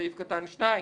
בסעיף (ח)(2)